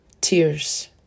tears